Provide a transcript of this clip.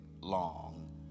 long